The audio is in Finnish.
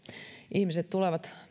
ihmiset tulevat